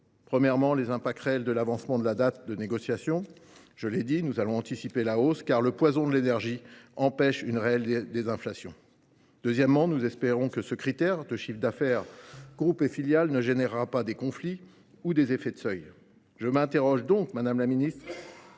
premièrement aux impacts réels de l’avancement de la date des négociations. Je l’ai dit, nous allons anticiper la hausse des prix, car le poison des prix de l’énergie empêchera une réelle désinflation. Deuxièmement, nous espérons que le critère du chiffre d’affaires entre groupe et filiales ne débouchera pas sur des conflits ou ne pâtira pas d’effets de seuil. Je m’interroge donc, madame la ministre